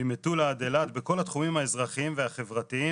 ממטולה ועד אילת, בכל התחומים האזרחיים והחברתיים.